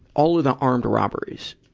all of the armed robberies,